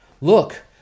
look